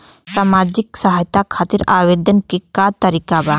सामाजिक सहायता खातिर आवेदन के का तरीका बा?